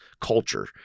culture